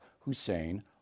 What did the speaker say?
Hussein